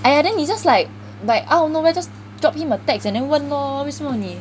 !aiya! then 你 just like like out of nowhere just drop him a text and then 问 lor 为什么你